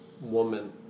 woman